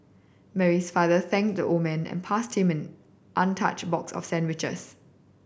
Mary's father thanked the old man and passed him an untouched box of sandwiches